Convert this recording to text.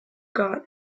got